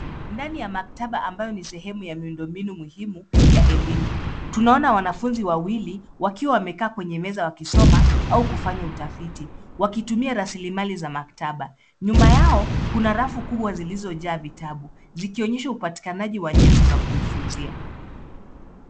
Ndani ya maktaba ambayo ni sehemu ya miundombinu muhimu ya elimu. Tunaona wanafunzi wawili wakiwa wamekaa kwenye meza wakisoma au kufanya utafiti wakitumia rasilimali za maktaba. Nyuma yao kuna rafu kubwa zilizojaa vitabu zikionyesha upatikanaji wa nyenzo za kujifunzia.